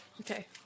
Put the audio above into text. Okay